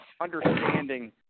understanding